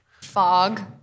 Fog